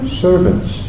servants